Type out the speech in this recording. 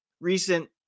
recent